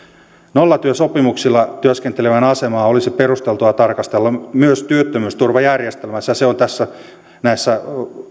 nollatyösopimuksilla työskentelevän asemaa olisi perusteltua tarkastella myös työttömyysturvajärjestelmässä se on näissä